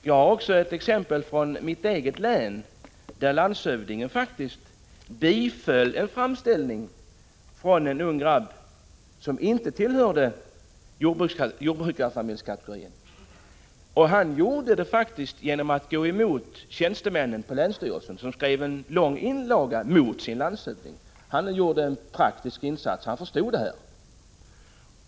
Jag har också ett exempel från mitt eget län där landshövdingen faktiskt biföll en framställning från en ung grabb som inte tillhörde jordbrukarfamiljekategorien. Han gjorde det faktiskt genom att gå emot tjänstemännen på länsstyrelsen, som skrev en lång inlaga mot sin landshövding. Han gjorde en praktisk insats, han förstod det här.